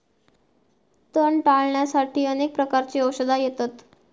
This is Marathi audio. तण टाळ्याण्यासाठी अनेक प्रकारची औषधा येतत